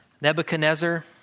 Nebuchadnezzar